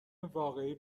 واقعی